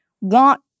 want